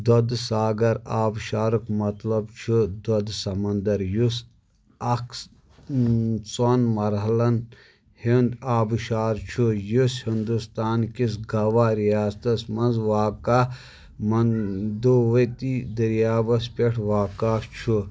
دۄدٕ ساگر آبٕشارُک مطلب چھُ دۄدٕ سمنٛدر یُس اَکھ ژۄن مرحلن ہُنٛد آبٕشار چھُ یُس ہندوستان کِس گوا ریاستس منٛز واقع منٛدُؤتی دٔریاوس پٮ۪ٹھ واقع چھُ